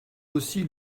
aussi